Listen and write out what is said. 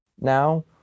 now